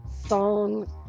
song